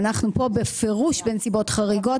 ואנחנו פה בפירוש בנסיבות חריגות.